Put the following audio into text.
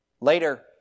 Later